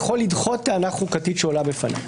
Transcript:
יכול לדחות טענה חוקתית שעולה בפניו.